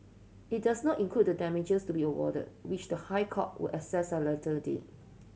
it does not include the damages to be awarded which the High Court will assess at a later date